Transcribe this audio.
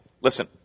Listen